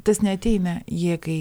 tas neateina jie kai